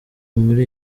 muri